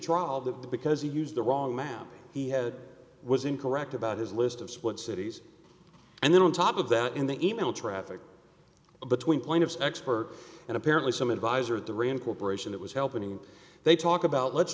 that because he used the wrong map he had was incorrect about his list of what cities and then on top of that in the e mail traffic between point of expert and apparently some advisor at the rand corporation that was helping him they talk about let's